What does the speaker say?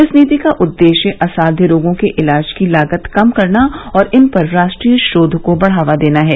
इस नीति का उद्देश्य असाध्य रोगों के इलाज की लागत कम करना और इन पर राष्ट्रीय शोध को बढावा देना है